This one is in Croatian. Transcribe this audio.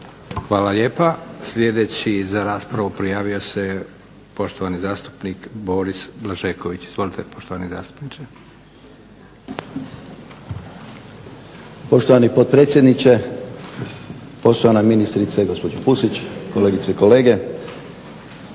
Hvala lijepa. Sljedeći za raspravu prijavio se poštovani zastupnik Boris Blažeković. Izvolite poštovani zastupniče. **Blažeković, Boris (HNS)** Poštovani potpredsjedniče, poštovana ministrice gospođo Pusić, kolegice i kolege.